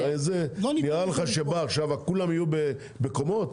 נראה לך שעכשיו כולם יהיו בקומות?